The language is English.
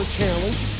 challenge